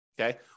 okay